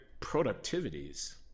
productivities